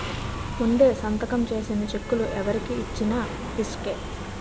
ముందే సంతకం చేసిన చెక్కులు ఎవరికి ఇచ్చిన రిసుకే